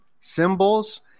symbols